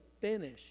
finish